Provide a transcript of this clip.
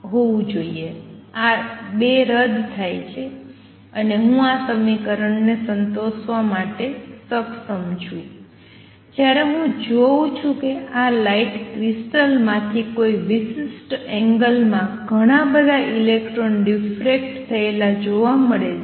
આ ૨ રદ થાય છે અને હું આ સમીકરણને સંતોષવા માટે સક્ષમ છુ જ્યારે હું જોઉં છું કે આ લાઇટ ક્રિસ્ટલ માથી કોઈ વિશિષ્ટ એંગલ માં ઘણા બધા ઇલેક્ટ્રોન ડિફરેક્ટ થયેલા જોવા મળે છે